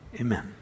Amen